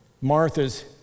Martha's